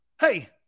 Hey